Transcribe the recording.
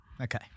Okay